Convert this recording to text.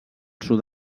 sud